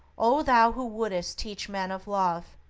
o thou who wouldst teach men of love!